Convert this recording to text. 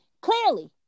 clearly